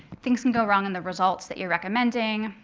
things can go wrong in the results that you're recommending.